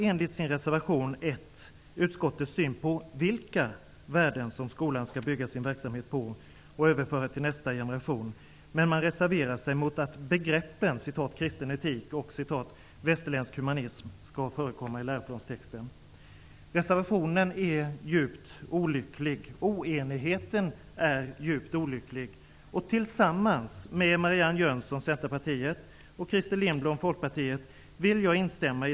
utskottets syn på vilka värden som skolan skall bygga sin verksamhet på och överföra till nästa generation, men reserverar sig mot att begreppen ''kristen etik'' och ''västerländsk humanism'' skall förekomma i läroplanstexten. Reservationen är djupt olycklig. Oenigheten är djupt olycklig. Jag vill instämma i det särskilda yttrande som Marianne Jönsson från Centerpartiet och Christer Lindblom från Folkpartiet gjort.